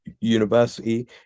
University